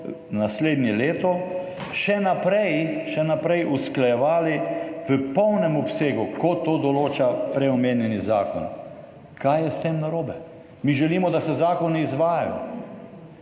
naslednje leto še naprej usklajevali v polnem obsegu, kot to določa prej omenjeni zakon. Kaj je s tem narobe? Mi želimo, da se zakoni izvajajo.